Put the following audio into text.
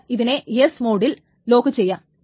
എന്നിട്ട് ഇതിനെ ട മോഡിൽ ലോക്കുചെയ്യാം